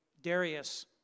Darius